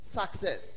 success